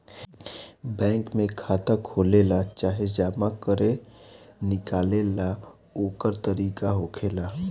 bank में खाता खोलेला चाहे जमा करे निकाले ला ओकर तरीका होखेला